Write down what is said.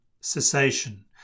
cessation